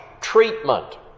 treatment